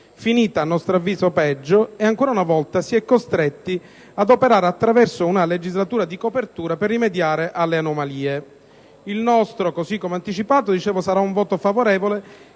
finita, a nostro avviso, peggio. Ancora una volta, si è costretti ad operare attraverso una legislazione di copertura per rimediare ad anomalie. Il nostro, così come anticipato, sarà un voto favorevole